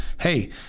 hey